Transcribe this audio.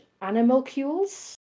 animalcules